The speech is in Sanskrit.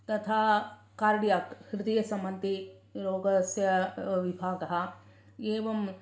तथा कार्डियाक् हृदयसम्बन्धिरोगस्य विभागः एवं